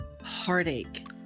heartache